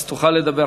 אז תוכל לדבר,